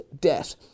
debt